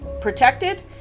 protected